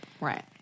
Right